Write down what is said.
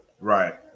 right